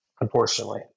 Unfortunately